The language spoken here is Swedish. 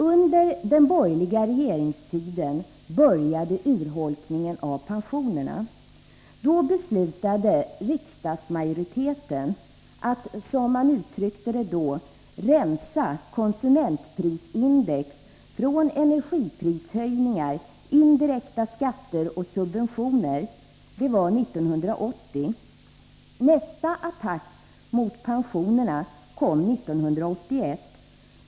Under den borgerliga regeringstiden började urholkningen av pensionerna. Då beslutade riksdagsmajoriteten att, som man uttryckte det, ”rensa konsumentprisindex från energiprishöjningar, indirekta skatter och subventioner”. Det var 1980. Nästa attack mot pensionerna kom 1981.